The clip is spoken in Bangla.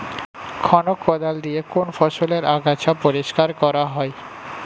খনক কোদাল দিয়ে কোন ফসলের আগাছা পরিষ্কার করা হয়?